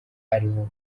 ariho